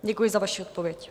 Děkuji za vaši odpověď.